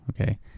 Okay